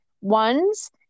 ones